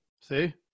See